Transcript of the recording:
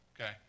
Okay